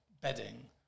bedding